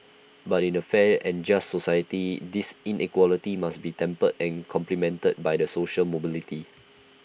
but in A fair and just society this inequality must be tempered and complemented by the social mobility